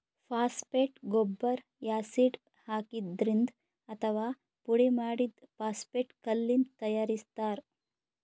phosphate ಗೊಬ್ಬರ್ acid ಹಾಕಿದ್ರಿಂದ್ ಅಥವಾ ಪುಡಿಮಾಡಿದ್ದ್ ಫಾಸ್ಫೇಟ್ ಕಲ್ಲಿಂದ್ ತಯಾರಿಸ್ತಾರ್